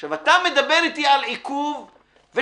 עכשיו אתה מדבר אתי על עיכוב ושוטר,